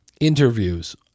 interviews